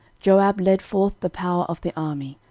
joab led forth the power of the army,